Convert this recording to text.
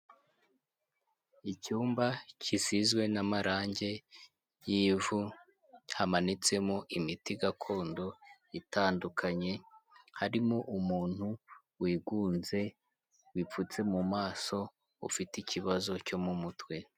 Icyumba gisizwe n'amarangi y'ivu hamanitsemo imiti gakondo itandukanye, harimo umuntu wigunze wipfutse mu maso ufite ikibazo cyo mu mutwe.